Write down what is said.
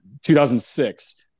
2006